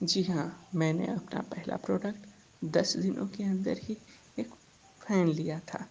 जी हाँ मैंने आपन पहला प्रोडक्ट दस दिनों के अंदर ही एक फैन लिया था